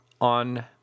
on